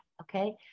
okay